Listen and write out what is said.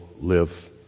live